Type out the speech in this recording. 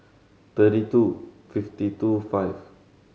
thirty two fifty two five